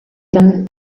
them